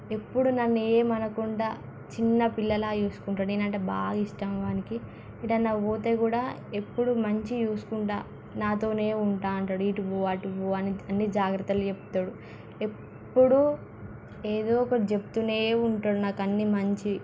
ఎప్పుడూ నన్ను ఏమీ అనకుండా చిన్నపిల్లలా చూసుకుంటాడు నేను అంటే బాగా ఇష్టం వానికి ఎటైనా పొతే కూడా ఎప్పుడు మంచిగా చూసుకుంటాను నాతోనే ఉంటాను అంటాడు ఇటు పో అటు పో అని అన్ని జాగ్రత్తలు చెప్తాడు ఎప్పుడూ ఏదో ఒకటి చెబుతూనే ఉంటాడు నాకు అన్నీ మంచివి